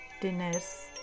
Dinners